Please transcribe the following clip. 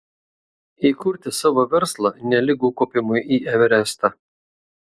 įkurti savo verslą nelygu kopimui į everestą